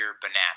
banana